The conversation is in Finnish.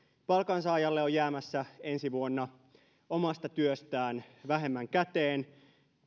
palkansaajalle on jäämässä ensi vuonna omasta työstään vähemmän käteen